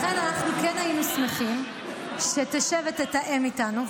לכן אנחנו היינו שמחים שתשב ותתאם איתנו,